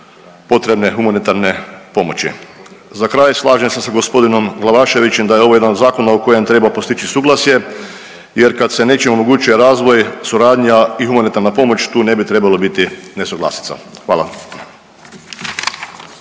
potrebne humanitarne pomoći. Za kraj, slažem se sa g. Glavaševićem da je ovo jedan zakon u kojem treba postići suglasje jer kad se nečim omogućuje razvoj, suradnja i humanitarna pomoć tu ne bi trebalo biti nesuglasica, hvala.